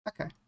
Okay